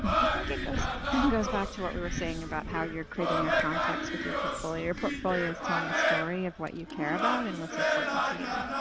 i think it goes goes back to what we were saying about how you're creating a context with your portfolio. your portfolio is telling a story of what you care about and what's important to you.